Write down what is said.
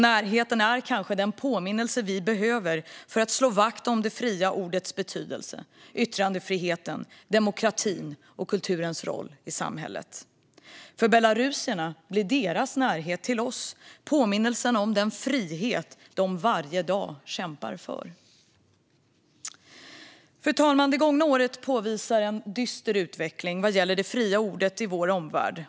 Närheten är kanske den påminnelse vi behöver för att slå vakt om det fria ordets betydelse, yttrandefriheten, demokratin och kulturens roll i samhället. För belarusierna blir deras närhet till oss påminnelsen om den frihet som de kämpar för varje dag. Fru talman! Det gångna året påvisar en dyster utveckling vad gäller det fria ordet i vår omvärld.